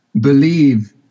believe